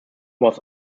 was